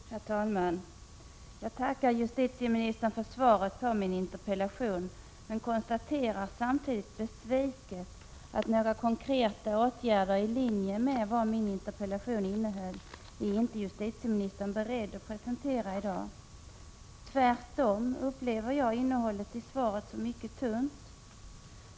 Herr talman! Jag tackar justitieministern för svaret på min interpellation, men jag konstaterar samtidigt besviket att justitieministern inte är beredd att i dag presentera några konkreta åtgärder i linje med vad min interpellation innehöll. Tvärtom upplever jag innehållet i svaret som mycket tunt.